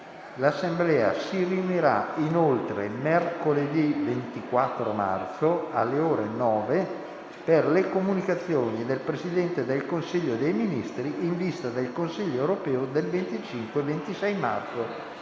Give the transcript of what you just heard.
L'Assemblea si riunirà inoltre mercoledì 24 marzo, alle ore 9, per le comunicazioni del Presidente del Consiglio dei ministri in vista del Consiglio europeo del 25 e 26 marzo